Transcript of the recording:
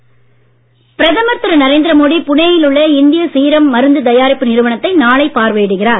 பிரதமர் பிரதமர் திரு நரேந்திரமோடி புனேயில் உள்ள இந்திய சீரம் மருந்து தயாரிப்பு நிறுவனத்தை நாளை பார்வையிடுகிறார்